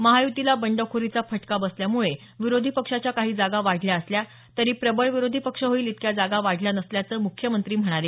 महायुतीला बंडखोरीचा फटका बसल्यामुळे विरोधी पक्षाच्या काही जागा वाढल्या असल्या तरी प्रबळ विरोधी पक्ष होईल इतक्या जागा वाढल्या नसल्याचं मुख्यमंत्री म्हणाले